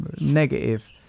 negative